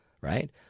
right